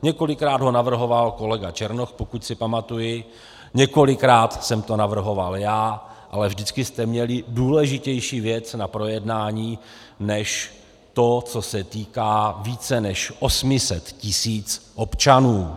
Několikrát ho navrhoval kolega Černoch, pokud si pamatuji, několikrát jsem to navrhoval já, ale vždycky jste měli důležitější věc na projednání než to, co se týká více než 800 tisíc občanů.